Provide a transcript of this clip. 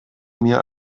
mir